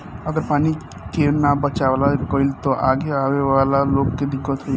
अगर पानी के ना बचावाल गइल त आगे आवे वाला लोग के दिक्कत होई